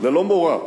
ללא מורא,